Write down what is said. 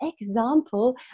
example